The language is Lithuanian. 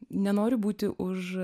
nenoriu būti už